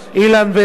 אילן ולי,